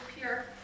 pure